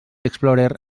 explorer